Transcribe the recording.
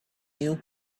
you